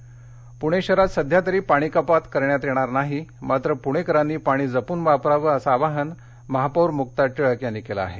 पाणी कपात पुणे शहरात सध्या तरी पाणी कपात करण्यात येणार नाही मात्र पुणेकरांनी पाणी जपून वापरावं असं आवाहन महापौर मुक्ता टिळक यांनी केलं आहे